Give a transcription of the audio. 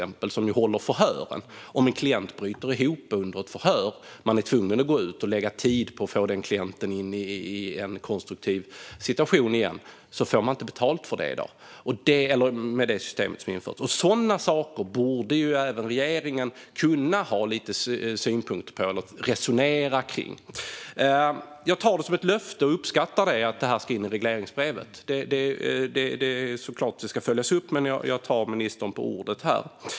Det är de som håller förhören, och om en klient bryter ihop under ett förhör och man är tvungen att gå ut och lägga tid på att få tillbaka klienten till ett konstruktivt läge får man med det system som har införts inte betalt för detta. Sådana saker borde även regeringen kunna ha lite synpunkter på eller resonera kring. Jag tar det som ett löfte att detta ska in i regleringsbrevet, och jag uppskattar det. Det ska såklart följas upp, men jag tar ministern på orden här.